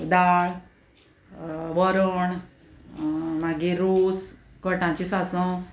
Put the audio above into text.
दाळ वरण मागीर रोस गोटांचे सांसव